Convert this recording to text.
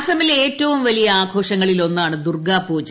അസമിലെ ഏറ്റവും വലിയ ആഘോഷങ്ങളിലൊന്നാണ് ദുർഗ്ഗാ പൂജ